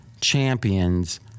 champions